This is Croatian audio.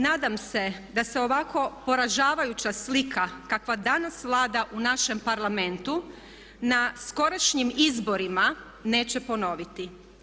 Nadam se da ovako poražavajuća slika kakva danas vlada u našem Parlamentu na skorašnjim izborima neće ponoviti.